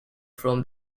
from